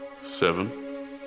Seven